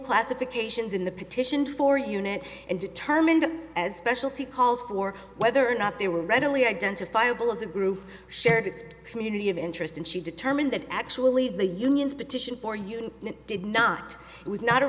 classifications in the petition for unit and determined as specialty calls for whether or not they were readily identifiable as a group shared community of interest and she determined that actually the union's petition for you did not was not